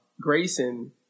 Grayson